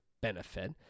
benefit